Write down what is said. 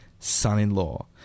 son-in-law